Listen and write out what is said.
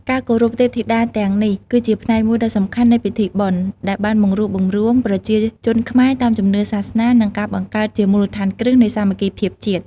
ការគោរពទេពធីតាទាំងនេះគឺជាផ្នែកមួយដ៏សំខាន់នៃពិធីបុណ្យ ដែលបានបង្រួបបង្រួមប្រជាជនខ្មែរតាមជំនឿសាសនា និងបានបង្កើតជាមូលដ្ឋានគ្រឹះនៃសាមគ្គីភាពជាតិ។